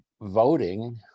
voting